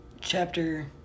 chapter